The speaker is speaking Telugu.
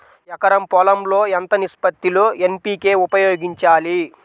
ఎకరం పొలం లో ఎంత నిష్పత్తి లో ఎన్.పీ.కే ఉపయోగించాలి?